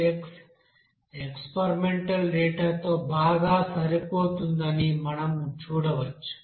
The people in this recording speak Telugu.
2X ఎక్స్పెరిమెంటల్ డేటా తో బాగా సరిపోతుందని మనం చూడవచ్చు